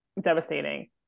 devastating